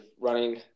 running